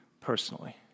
personally